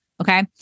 okay